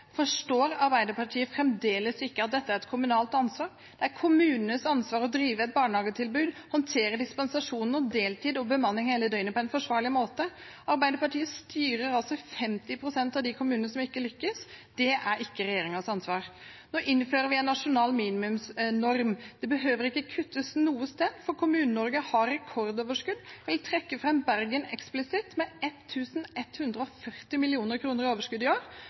Forstår Arbeiderpartiet fremdeles ikke at dette er et kommunalt ansvar? Det er kommunenes ansvar å drive et barnehagetilbud og håndtere dispensasjonen og deltid og bemanning hele døgnet på en forsvarlig måte. Arbeiderpartiet styrer altså 50 pst. av de kommunene som ikke lykkes. Det er ikke regjeringens ansvar. Nå innfører vi en nasjonal minimumsnorm. Det behøver ikke kuttes noe sted, for Kommune-Norge har rekordoverskudd. Jeg vil trekke fram Bergen eksplisitt med 1 140 mill. kr i overskudd i år,